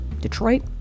Detroit